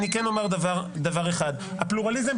הפלורליזם,